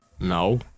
No